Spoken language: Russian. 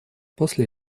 после